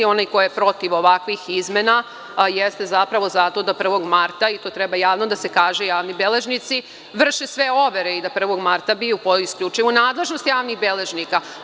Onaj ko je protiv ovakvih izmena, jeste zapravo zato da 1. marta, i to treba javno da se kaže, javnim beležnici vrše sve overe i da 1. marta bi po isključivoj nadležnosti javnih beležnika.